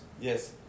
Yes